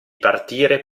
partire